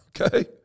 Okay